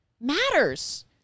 matters